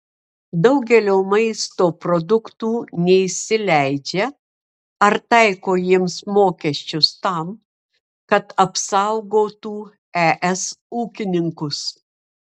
daugelio maisto produktų neįsileidžia ar taiko jiems mokesčius tam kad apsaugotų es ūkininkus